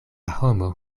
homo